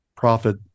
prophet